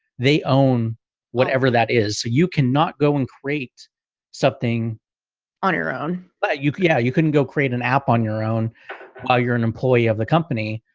they own whatever that is, you cannot go and create something on your own. but yeah, you couldn't go create an app on your own while you're an employee of the company.